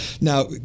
Now